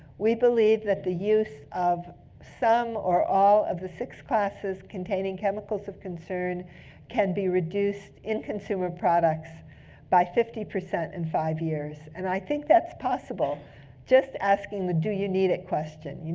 we believe that the use of some or all of the six classes containing chemicals of concern can be reduced in consumer products by fifty percent in five years. and i think that's possible just asking the do you need it question.